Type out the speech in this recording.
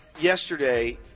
yesterday